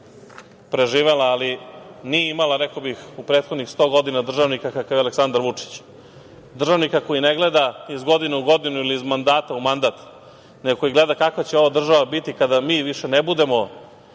preživela ali nije imala, rekao bih, u prethodnih sto godina državnika kakav je Aleksandar Vučić. Državnika koji ne gleda iz godine u godinu ili iz mandata u mandat, nego koji gleda kakva će ova država biti kada mi više ne budemo